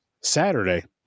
Saturday